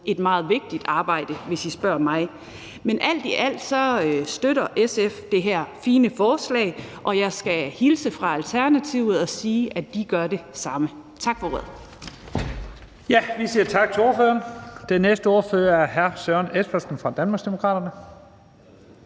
et meget vigtigt arbejde, hvis I spørger mig. Men alt i alt støtter SF det her fine forslag, og jeg skal hilse fra Alternativet og sige, at de gør det samme. Tak for ordet. Kl. 14:11 Første næstformand (Leif Lahn Jensen): Vi siger tak til ordføreren. Den næste ordfører er hr. Søren Espersen fra Danmarksdemokraterne.